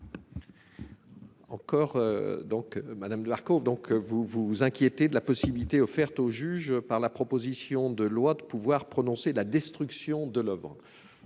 commission ? Madame de Marco, vous vous inquiétez de la possibilité offerte au juge par la proposition de loi de prononcer la destruction de l'oeuvre